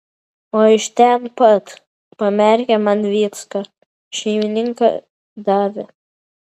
o iš ten pat pamerkė man vycka šeimininkė davė